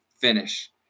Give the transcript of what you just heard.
finish